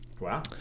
Wow